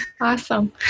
Awesome